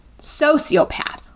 sociopath